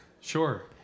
Sure